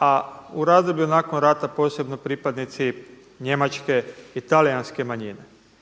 A u razdoblju nakon rata posebno pripadnici njemačke i talijanske manjine.